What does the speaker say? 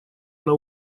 она